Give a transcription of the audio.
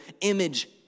image